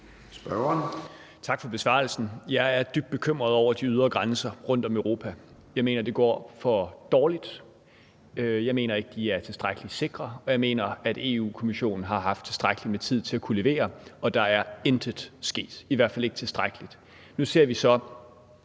(DF): Tak for besvarelsen. Jeg er dybt bekymret over de ydre grænser rundt om Europa, og jeg mener, at det går for dårligt. Jeg mener ikke, at de er tilstrækkelig sikre, og jeg mener, at Europa-Kommissionen har haft tilstrækkelig med tid til at kunne levere, og at der intet er sket, i hvert fald ikke tilstrækkeligt. Nu ser vi så,